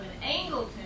Angleton